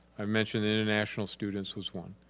i mentioned international students was one,